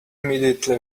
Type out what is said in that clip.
immediately